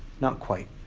not quite.